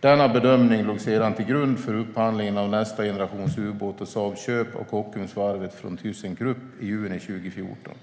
Denna bedömning låg sedan till grund för upphandlingen av nästa generations ubåt och Saabs köp av Kockumsvarvet från Thyssen Krupp i juni 2014.